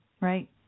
Right